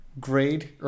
grade